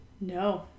No